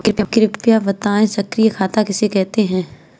कृपया बताएँ सक्रिय खाता किसे कहते हैं?